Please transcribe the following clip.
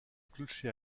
clocher